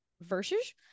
versus